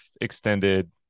extended